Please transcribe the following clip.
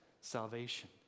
Salvation